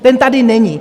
Ten tady není.